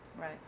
Right